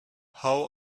how